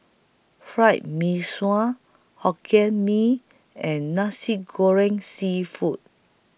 Fried Mee Sua Hokkien Mee and Nasi Goreng Seafood